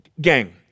Gang